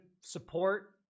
support